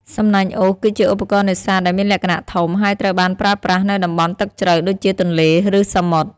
សំណាញ់អូស គឺជាឧបករណ៍នេសាទដែលមានលក្ខណៈធំ ហើយត្រូវបានប្រើប្រាស់នៅតំបន់ទឹកជ្រៅដូចជាទន្លេ ឬសមុទ្រ។